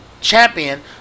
champion